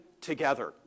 together